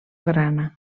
grana